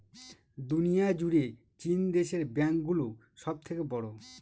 দুনিয়া জুড়ে চীন দেশের ব্যাঙ্ক গুলো সব থেকে বড়ো